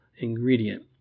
ingredient